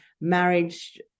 marriage